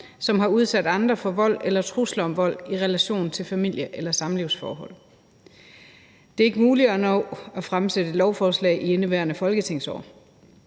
som har udsat andre for vold eller trusler om vold i relation til familie- eller samlivsforhold. Det er ikke muligt at nå at fremsætte et lovforslag i indeværende folketingsår.